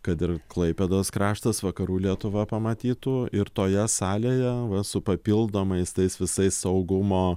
kad ir klaipėdos kraštas vakarų lietuva pamatytų ir toje salėje va su papildomais tais visais saugumo